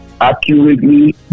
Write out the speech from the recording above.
accurately